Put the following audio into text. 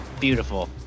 Beautiful